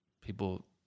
people